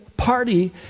party